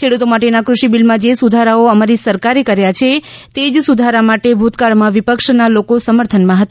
ખેડૂતો માટેના કૃષિ બીલમાં જે સુધારાઓ અમારી સરકારે કર્યા છે તેજ સુધારા માટે ભૂતકાળમાં વિપક્ષના લોકો સમર્થનમાં હતા